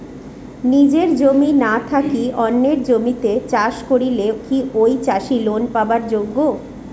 নিজের জমি না থাকি অন্যের জমিত চাষ করিলে কি ঐ চাষী লোন পাবার যোগ্য?